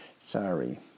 Sorry